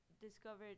discovered